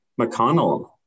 McConnell